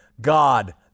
God